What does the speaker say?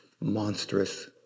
monstrous